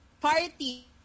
Party